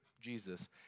Jesus